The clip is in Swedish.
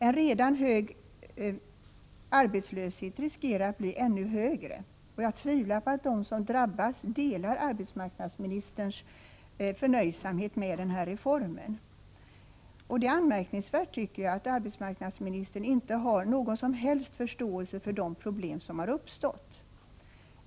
En redan hög arbetslöshet riskerar att bli ännu högre. Jag tvivlar på att de som drabbas delar arbetsmarknadsministerns förnöjsamhet när det gäller den här reformen. Jag tycker att det är anmärkningsvärt att arbetsmarknadsministern inte har någon som helst förståelse för de problem som har uppstått.